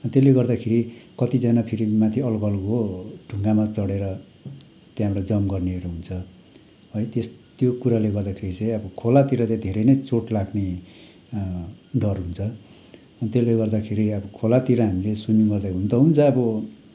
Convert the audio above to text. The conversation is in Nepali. अनि त्यसले गर्दाखेरि कतिजना फेरि माथि अग्लो अग्लो ढुङ्गामा चढेर त्यहाँबाट जम्प गर्नेहरू हुन्छ है त्यस त्यो कुराले गर्दाखेरि चाहिँ अब खोलातिर चाहिँ धेरै नै चोट लाग्ने डर हुन्छ अन्त त्यसले गर्दाखेरि अब खोलातिर हामीले स्विमिङ गर्दाखेरि हुनु त हुन्छ अब